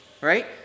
Right